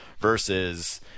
versus